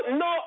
no